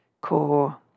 core